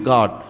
God